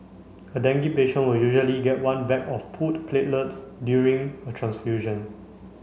a dengue patient will usually get one bag of pooled platelets during a transfusion